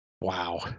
Wow